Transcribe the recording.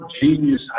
genius